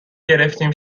گرفتیم